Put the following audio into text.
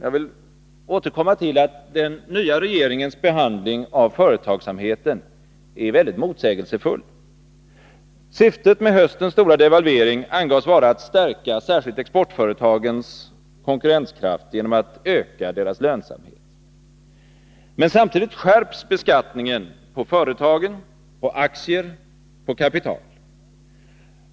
Jag vill återkomma till att den nya regeringens behandling av företagsamheten är motsägelsefull. Syftet med höstens stora devalvering angavs vara att stärka särskilt exportföretagens konkurrenskraft genom att öka deras lönsamhet. Men samtidigt skärptes beskattningen på företagen, på aktier och på kapital.